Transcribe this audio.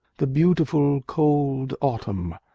the beautiful, cold autumn,